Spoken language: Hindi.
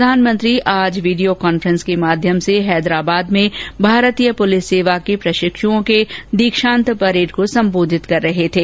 प्रधानमंत्री आज वीडियो कान्फ्रेंसिंग के माध्यम से हैदराबाद में भारतीय पुलिस सेवा के प्रशिक्षुओं के दीक्षांत परेड को संबोधित कर रहे थे